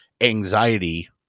anxiety